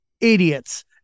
idiots